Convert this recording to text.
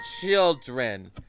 children